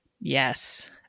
Yes